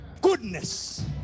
goodness